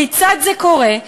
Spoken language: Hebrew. כיצד זה קורה?